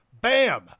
Bam